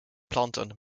planten